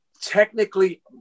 Technically